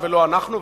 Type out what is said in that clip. הממשלה, ולא אנחנו.